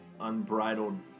unbridled